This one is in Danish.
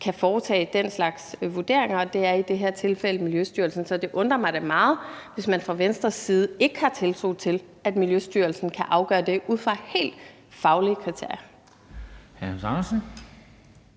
kan foretage den slags vurderinger, og det er i det her tilfælde Miljøstyrelsen, så det undrer mig da meget, hvis man fra Venstres side ikke har tiltro til, at Miljøstyrelsen kan afgøre det ud fra helt faglige kriterier.